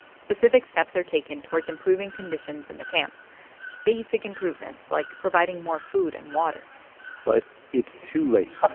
specific steps are taken towards improving conditions in the camp basic improvements like providing more food and water but it's too late.